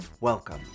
Welcome